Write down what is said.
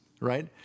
right